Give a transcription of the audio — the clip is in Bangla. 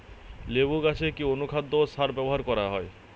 লেবু গাছে কি অনুখাদ্য ও সার ব্যবহার করা হয়?